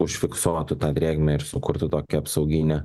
užfiksuotų tą drėgmę ir sukurtų tokią apsauginę